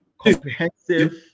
comprehensive